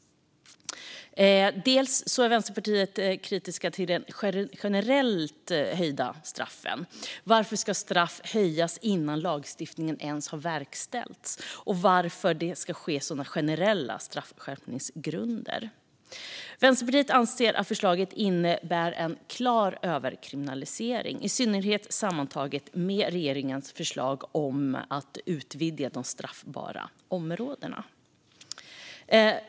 Vänsterpartiet är också kritiskt till de generellt höjda straffen. Varför ska straffen höjas innan lagändringen ens har verkställts, och varför ska det ske på generella straffskärpningsgrunder? Vänsterpartiet anser att förslaget innebär en klar överkriminalisering, i synnerhet sammantaget med regeringens förslag om att utvidga det straffbara området.